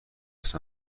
هست